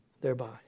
thereby